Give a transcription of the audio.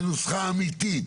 זה נוסחה אמיתית.